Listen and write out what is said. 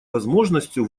возможностью